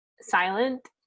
silent